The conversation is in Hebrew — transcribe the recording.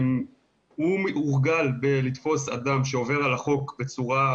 הוא הורגל לתפוס אדם שעובר על החוק בצורה,